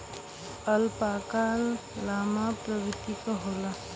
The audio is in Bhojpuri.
अल्पाका लामा प्रवृत्ति क होला